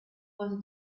was